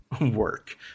work